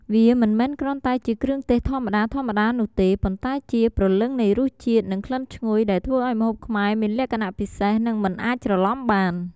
វាមិនមែនគ្រាន់តែជាគ្រឿងទេសធម្មតាៗនោះទេ ប៉ុន្តែជា ព្រលឹងនៃរសជាតិ និងក្លិនឈ្ងុយ ដែលធ្វើឱ្យម្ហូបខ្មែរមានលក្ខណៈពិសេស និងមិនអាចច្រឡំបាន។